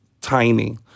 tiny